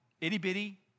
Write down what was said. itty-bitty